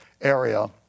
area